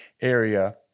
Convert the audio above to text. area